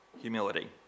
humility